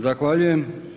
Zahvaljujem.